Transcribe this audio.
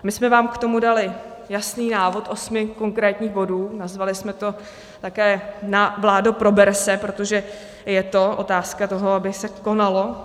My jsme vám k tomu dali jasný návod osmi konkrétních bodů , nazvali jsme to Vládo, prober se, protože je to otázka toho, aby se konalo.